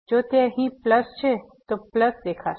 જો તે અહીં પ્લ્સ છે તો પ્લ્સ દેખાશે